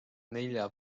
nelja